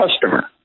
customer